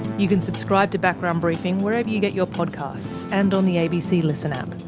you can subscribe to background briefing wherever you get your podcasts, and on the abc listen app.